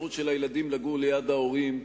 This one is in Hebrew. והאפשרות של הילדים לגור ליד ההורים,